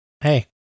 hey